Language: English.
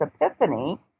epiphany